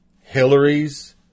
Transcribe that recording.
Hillary's